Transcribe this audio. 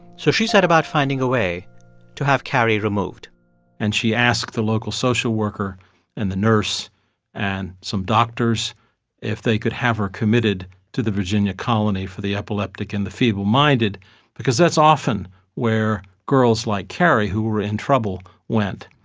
so she set about finding a way to have carrie removed and she asked the local social worker and the nurse and some doctors if they could have her committed to the virginia colony for the epileptic and the feebleminded because that's often where girls like carrie who were in trouble went.